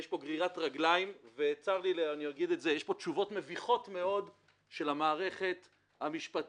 יש פה גרירת רגליים ויש פה תשובות מביכות מאוד של המערכת המשפטית.